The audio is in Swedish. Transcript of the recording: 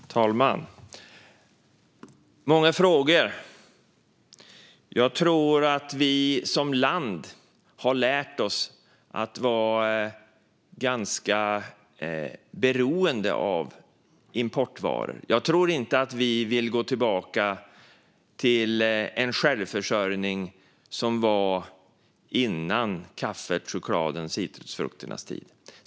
Fru talman! Det var många frågor. Jag tror att vi som land har lärt oss att vara ganska beroende av importvaror. Jag tror inte att vi vill gå tillbaka till den självförsörjning som var före kaffets, chokladens och citrusfrukternas tid.